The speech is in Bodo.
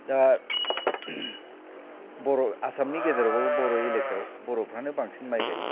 दा बर' आसामनि गेजेरावबाबो बर' एलेखायाव बर'फ्रानो बांसिन माइ गायो